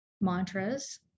mantras